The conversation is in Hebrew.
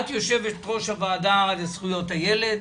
את יושבת ראש הועדה לזכויות הילד,